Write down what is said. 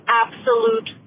absolute